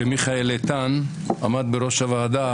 כשמיכאל איתן עמד בראש הוועדה